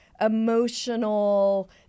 emotional